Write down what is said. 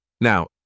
Now